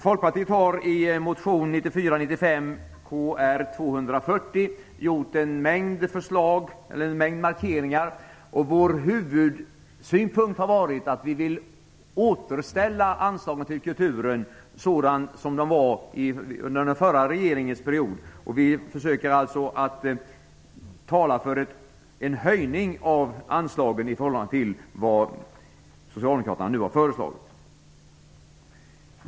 Folkpartiet har i motion 1994/95:Kr240 gjort en mängd markeringar. Vår huvudsynpunkt har varit att vi vill återställa anslagen till kulturen till vad de var under den förra regeringsperioden. Vi försöker att tala för en höjning av anslagen i förhållande till vad socialdemokraterna nu har föreslagit.